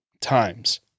times